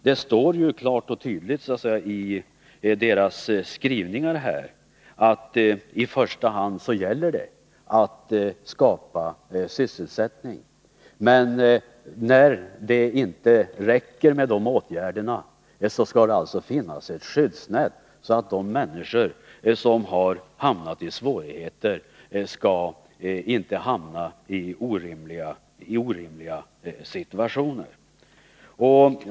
Det står klart och tydligt i deras skrivning att det i första hand gäller att skapa sysselsättning. Men när det inte räcker med de åtgärderna skall det alltså finnas ett skyddsnät, så att de människor som har hamnat i svårigheter inte skall behöva uppleva orimliga situationer.